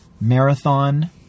marathon